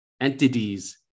entities